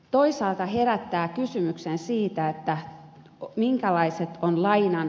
toisaalta herää kysymys minkälaiset ovat lainanantovaltuudet